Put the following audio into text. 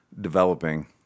developing